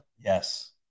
Yes